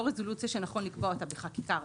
רזולוציה שנכון לקבוע אותה בחקיקה ראשית.